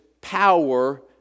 power